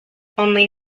only